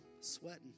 sweating